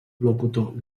locutor